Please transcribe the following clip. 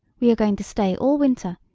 we are going to stay all winter,